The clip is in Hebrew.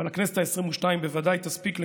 אבל הכנסת העשרים-ושתיים בוודאי תספיק לקבל,